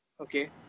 okay